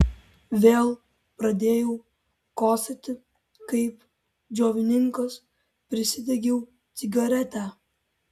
vėl pradėjau kosėti kaip džiovininkas prisidegiau cigaretę